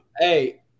Hey